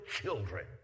children